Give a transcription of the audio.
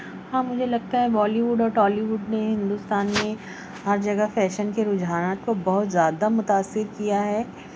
ہاں مجھے لگتا ہے بالی ووڈ اور ٹالی ووڈ نے ہندوستان میں ہر جگہ فیشن کے رجحانات کو بہت زیادہ متاثر کیا ہے